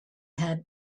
had